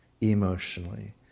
emotionally